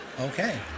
Okay